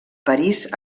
parís